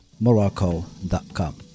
morocco.com